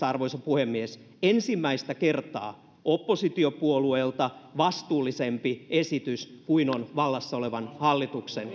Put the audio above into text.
arvoisa puhemies ensimmäistä kertaa oppositiopuolueelta vastuullisempi esitys kuin on vallassa olevan hallituksen